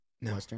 No